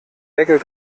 deckel